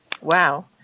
Wow